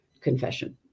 confession